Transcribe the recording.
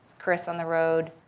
chris on the road.